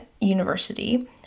university